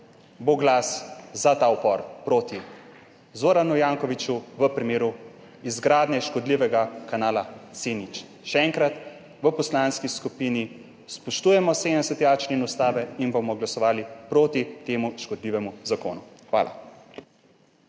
bo glas za ta upor proti Zoranu Jankoviću v primeru izgradnje škodljivega kanala C0. Še enkrat, v poslanski skupini spoštujemo 70.a člen Ustave in bomo glasovali proti temu škodljivemu zakonu. Hvala.